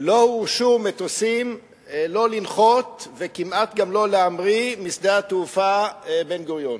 שמטוסים לא הורשו לנחות וכמעט גם לא להמריא משדה התעופה בן-גוריון.